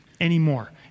anymore